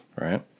Right